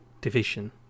division